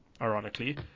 Ironically